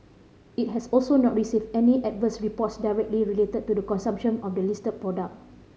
it has also not received any adverse reports directly related to the consumption of the listed product